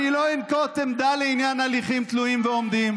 אני לא אנקוט עמדה לעניין הליכים תלויים ועומדים.